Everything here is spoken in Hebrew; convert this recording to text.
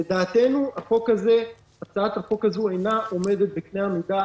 לדעתנו הצעת החוק הזו אינה עומדת בקנה המידה